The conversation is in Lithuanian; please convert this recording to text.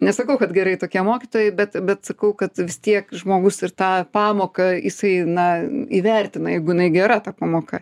nesakau kad gerai tokie mokytojai bet bet sakau kad vis tiek žmogus ir tą pamoką jisai na įvertina jeigu jinai gera ta pamoka